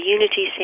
Unity